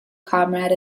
comrade